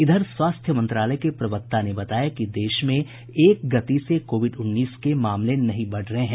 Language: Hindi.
इधर स्वास्थ्य मंत्रालय के प्रवक्ता ने बताया कि देश में एक गति से कोविड उन्नीस के मामले नहीं बढ़ रहे हैं